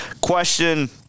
question –